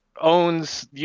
owns